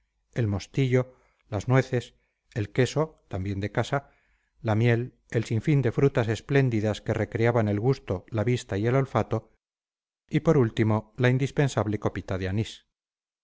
el mostillo las nueces el queso también de casa la miel el sinfín de frutas espléndidas que recreaban el gusto la vista y el olfato y por último la indispensable copita